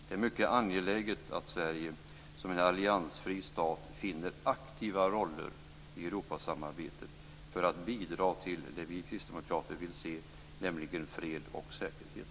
Det är mycket angeläget att Sverige som en alliansfri stat finner aktiva roller i Europasamarbetet för att bidra till det vi kristdemokrater vill se, nämligen fred och säkerhet.